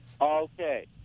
Okay